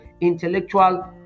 intellectual